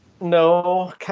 no